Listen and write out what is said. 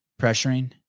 pressuring